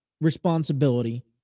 responsibility